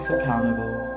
Accountable